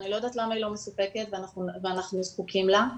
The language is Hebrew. אני לא יודעת למה היא לא מסופקת ואנחנו זקוקים לה.